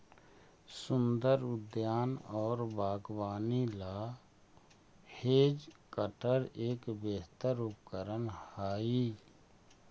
सुन्दर उद्यान और बागवानी ला हैज कटर एक बेहतर उपकरण हाई